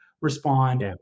respond